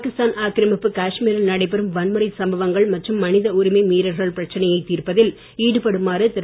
பாகிஸ்தான் ஆக்கிரமிப்பு காஷ்மீரில் நடைபெறும் வன்முறை சம்பவங்கள் மற்றும் மனித உரிமை மீறல்கள் பிரச்சனையைத் தீர்ப்பதில் ஈடுபடுமாறு திரு